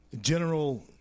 General